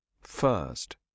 first